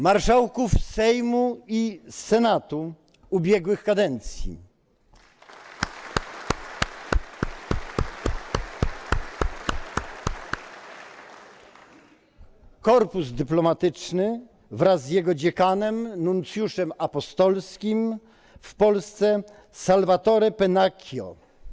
marszałków Sejmu i Senatu ubiegłych kadencji, korpus dyplomatyczny wraz z jego dziekanem nuncjuszem apostolskim w Polsce Salvatore Pennacchio.